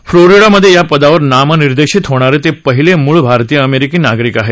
Florida मधे या पदावर नामनिर्देशित होणारे ते पहिले मूळ भारतीय अमेरिकी नागरीक आहेत